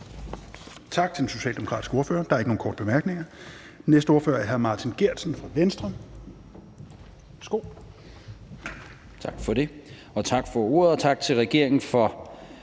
Tak til den socialdemokratiske ordfører. Der er ikke nogen korte bemærkninger. Den næste ordfører er hr. Martin Geertsen fra Venstre. Værsgo. Kl. 10:05 (Ordfører) Martin Geertsen (V):